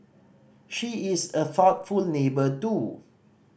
she is a thoughtful neighbour do